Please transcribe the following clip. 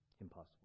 Impossible